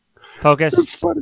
Focus